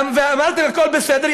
ואמרתם: הכול בסדר,